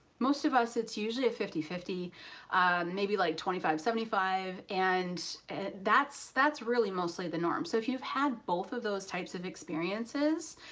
most of us it's usually a fifty fifty maybe like twenty five seventy five and that's that's really mostly the norm. so if you've had both of those types of experiences,